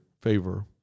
favor